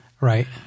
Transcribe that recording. Right